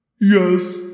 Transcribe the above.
Yes